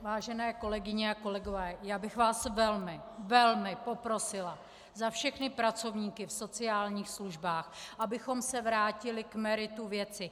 Vážené kolegyně a kolegové, já bych vás velmi, velmi poprosila za všechny pracovníky v sociálních službách, abychom se vrátili k meritu věci.